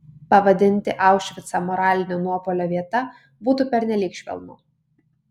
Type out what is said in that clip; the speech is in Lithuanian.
pavadinti aušvicą moralinio nuopuolio vieta būtų pernelyg švelnu